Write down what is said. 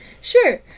Sure